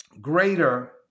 greater